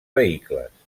vehicles